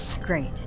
Great